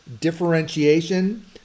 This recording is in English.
differentiation